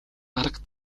арга